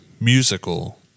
musical